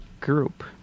group